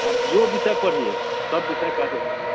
आप जो विषय पढ़िए सब विषय का जो है सो